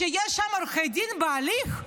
שיש שם עורכי דין בהליך,